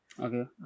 Okay